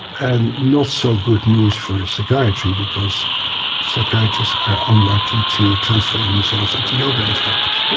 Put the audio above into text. and not so good news for psychiatry, because psychiatrists are unlikely to transform themselves into yoga instructors.